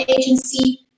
agency